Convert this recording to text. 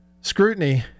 scrutiny